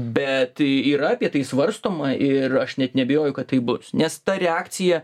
bet yra apie tai svarstoma ir aš net neabejoju kad taip bus nes ta reakcija